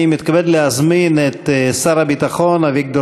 אני מתכבד להזמין את שר הביטחון אביגדור